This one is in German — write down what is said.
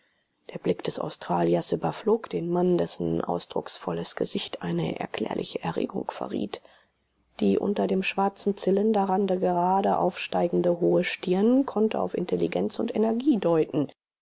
der blick des australiers überflog den mann dessen ausdrucksvolles gesicht eine erklärliche erregung verriet die unter dem schwarzen zylinderrande gerade aufsteigende hohe stirn konnte auf intelligenz und energie deuten